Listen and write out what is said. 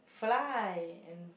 fly and